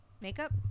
Makeup